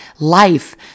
life